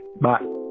Bye